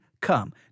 come